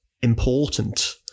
important